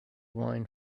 wine